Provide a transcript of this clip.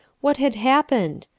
what had happened?